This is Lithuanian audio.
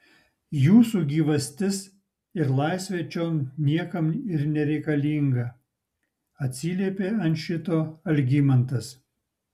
jūsų gyvastis ir laisvė čion niekam ir nereikalinga atsiliepė ant šito algimantas